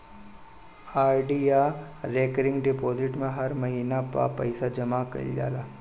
RD या recurring deposit में हर महिना पअ पईसा जमा कईल जाला